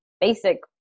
basic